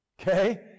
Okay